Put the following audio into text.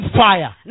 fire